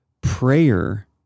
prayer